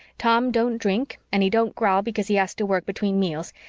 tom don't drink and he don't growl because he has to work between meals,